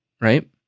right